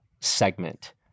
segment